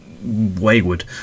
wayward